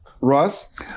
Russ